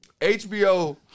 HBO